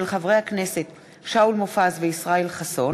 מאת חברי הכנסת שאול מופז וישראל חסון,